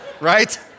right